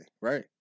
right